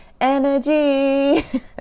energy